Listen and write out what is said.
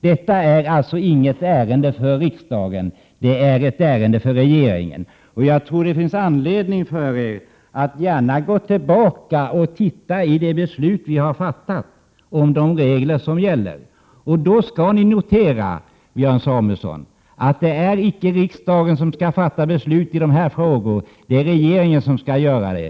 Detta är alltså inte ett ärende för riksdagen utan ett ärende för regeringen. Jag tror att det finns anledning för er att gå tillbaka och titta på det beslut som vi har fattat om de regler som gäller. Då skall ni notera, Björn Samuelson, att det icke är riksdagen som skall fatta beslut i dessa frågor, utan att det är regeringen som skall göra det.